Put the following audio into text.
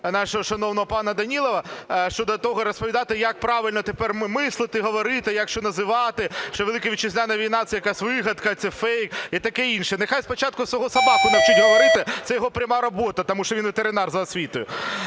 нашого шановного пана Данілова щодо того, розповідати як правильно тепер мислити, говорити і як що називати, що Велика Вітчизняна війна, це якась вигадка і це фейк і таке інше. Нехай спочатку свого собаку навчить говорити – це його пряма робота, тому що він ветеринар за освітою.